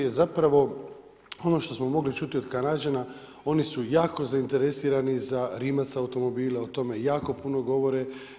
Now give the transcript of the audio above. I zapravo on što smo mogli čuti od Kanađana oni su jako zainteresirani za Rimac automobile, o tome jako puno govore.